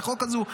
בהצעת החוק הזו,